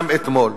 גם אתמול,